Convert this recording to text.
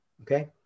okay